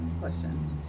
question